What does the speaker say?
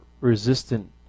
resistant